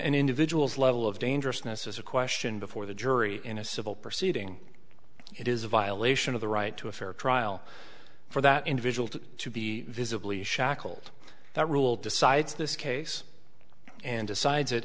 an individual's level of dangerousness is a question before the jury in a civil proceeding it is a violation of the right to a fair trial for that individual to be visibly shackled that rule decides this case and decides it